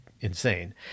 insane